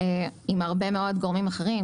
עם הרבה מאוד גורמים אחרים,